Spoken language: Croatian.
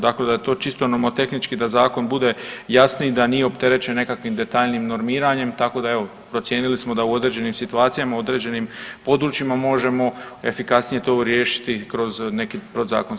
Dakle da je to čisto nomotehnički da zakon bude jasniji da nije opterećen nekakvim detaljnijim normiranjem, tako da evo procijenili smo da u određenim situacijama u određenim područjima možemo efikasnije to riješiti kroz neki podzakonski propis.